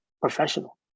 professional